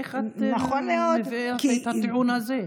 איך את מביאה את הטיעון הזה?